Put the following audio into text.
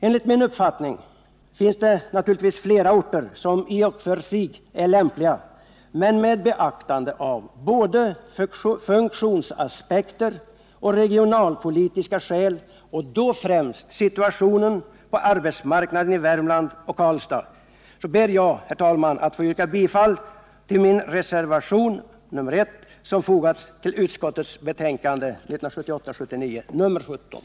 Enligt min uppfattning finns det flera orter som i och för sig är lämpliga, men med beaktande av både funktionsaspekter och regionalpolitiska skäl, och då främst situationen på arbetsmarknaden i Värmland och i Karlstad, ber jag att få yrka bifall till min reservation nr 1 som fogats till arbetsmarknadsutskottets betänkande nr 17.